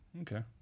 okay